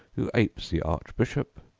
who apes the archbishop,